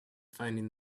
finding